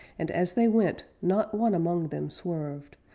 and, as they went, not one among them swerved,